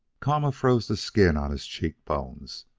kama froze the skin on his cheek-bones,